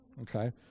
okay